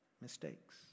mistakes